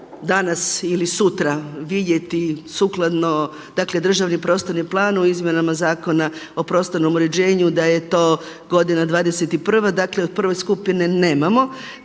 danas ili sutra vidjeti sukladno, dakle državnom prostornom planu, izmjenama Zakona o prostornom uređenu da je to godina 21. Dakle, u prvoj skupini nemamo.